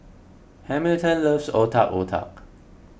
Hamilton loves Otak Otak